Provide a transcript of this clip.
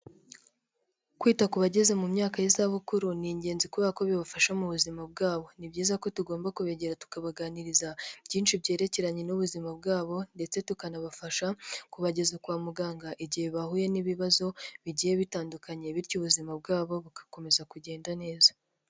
Kwita ku bageze mu myaka y'izabukuru ni ingenzi kubera ko bibafasha mu buzima bwabo. Ni byiza ko tugomba kubegera tukabaganiriza byinshi byerekeranye n'ubuzima bwabo, ndetse tukanabafasha kubageza kwa muganga igihe bahuye n'ibibazo bigiye bitandukanye. Bityo ubuzima bwabo bugakomeza kugenda neza.